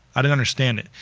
i don't understand it,